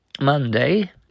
Monday